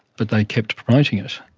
but they kept promoting it.